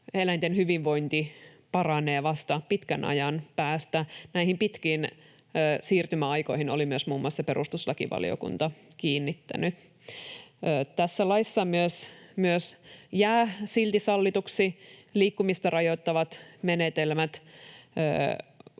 eläinten hyvinvointi paranee vasta pitkän ajan päästä. Näihin pitkiin siirtymäaikoihin oli myös muun muassa perustuslakivaliokunta kiinnittänyt huomiota. Tässä laissa jäävät silti sallituksi liikkumista rajoittavat menetelmät,